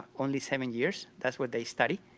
only seven years, that's what they study,